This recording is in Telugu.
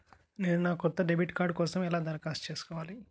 నేను నా కొత్త డెబిట్ కార్డ్ కోసం ఎలా దరఖాస్తు చేసుకోవాలి?